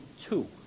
two